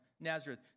Nazareth